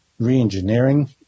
reengineering